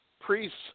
Priests